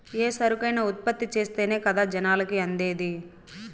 ఏ సరుకైనా ఉత్పత్తి చేస్తేనే కదా జనాలకి అందేది